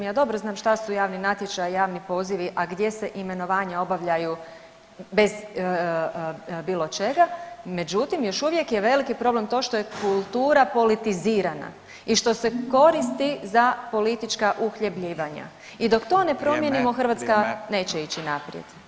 Ja dobro znam šta su javni natječaj, javni poziv, a gdje se imenovanja obavljaju bez bilo čega, međutim još uvijek je veliki problem to što je kultura politizirana i što se koristi za politička uhljebljivanja i dok to ne promijenimo [[Upadica Radin: Vrijeme.]] Hrvatska neće ići naprijed.